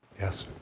yes?